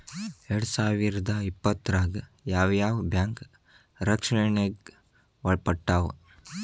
ಎರ್ಡ್ಸಾವಿರ್ದಾ ಇಪ್ಪತ್ತ್ರಾಗ್ ಯಾವ್ ಯಾವ್ ಬ್ಯಾಂಕ್ ರಕ್ಷ್ಣೆಗ್ ಒಳ್ಪಟ್ಟಾವ?